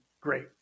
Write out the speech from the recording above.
great